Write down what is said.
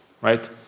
Right